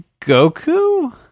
goku